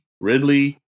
Ridley